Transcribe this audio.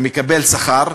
שמקבלים שכר,